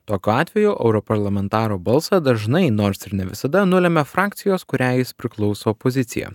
tokiu atveju europarlamentaro balsą dažnai nors ir ne visada nulemia frakcijos kuriai jis priklauso pozicija